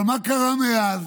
אבל מה קרה מאז?